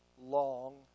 Long